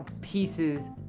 pieces